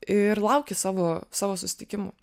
ir lauki savo savo susitikimų